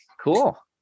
Cool